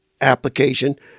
application